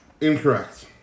incorrect